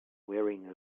wearing